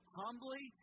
humbly